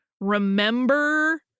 remember